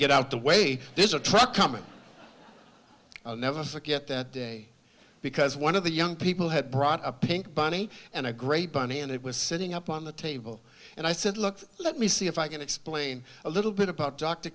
get out the way there's a truck coming i'll never forget that day because one of the young people had brought a pink bunny and a gray bunny and it was sitting up on the table and i said look let me see if i can explain a little bit about d